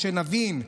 ושנבין,